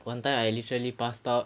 one time I literally passed out